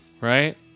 right